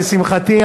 לשמחתי,